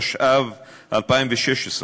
התשע"ו 2016,